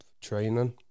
training